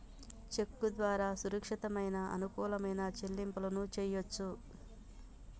చెక్కు ద్వారా సురక్షితమైన, అనుకూలమైన చెల్లింపులను చెయ్యొచ్చు